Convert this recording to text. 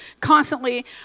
constantly